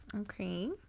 Okay